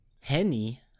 Henny